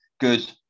good